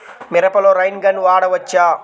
మిరపలో rain gun వాడవచ్చా?